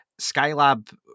Skylab